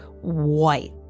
white